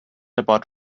about